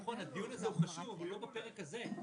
הדיון הזה הוא חשוב אבל הוא לא בפרק הזה.